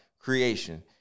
Creation